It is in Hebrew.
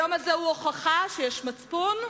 היום הזה הוא הוכחה שיש מצפון,